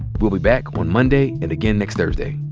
we'll be back on monday and again next thursday